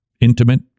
Intimate